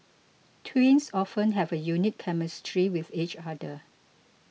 twins often have a unique chemistry with each other